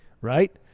right